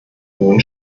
hohen